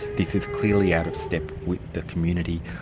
this is clearly out of step with the community.